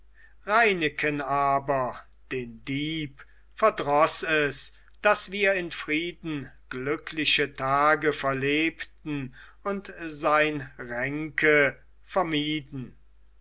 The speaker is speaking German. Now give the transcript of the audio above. reineken aber den dieb verdroß es daß wir in frieden glückliche tage verlebten und seine ränke vermieden